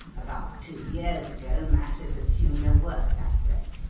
about two years ago, matters assumed a worse aspect.